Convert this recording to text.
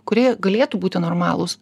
kurie galėtų būti normalūs